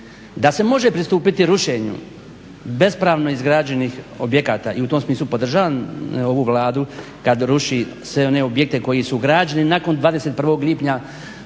da se može pristupiti rušenju bespravno izgrađenih objekata i u tom smislu podržavam ovu Vladu kad ruši sve one objekte koji su građeni nakon 21. lipnja